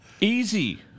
Easy